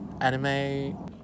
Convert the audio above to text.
anime